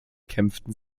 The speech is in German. kämpften